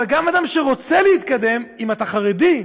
אבל גם אדם שרוצה להתקדם, אם אתה חרדי,